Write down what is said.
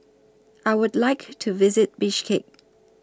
I Would like to visit Bishkek